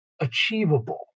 achievable